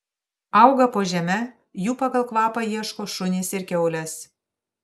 auga po žeme jų pagal kvapą ieško šunys ir kiaulės